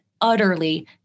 utterly